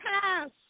pass